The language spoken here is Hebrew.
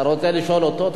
אתה רוצה לשאול אותו?